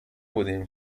بودیم